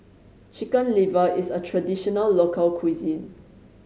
Chicken Liver is a traditional local cuisine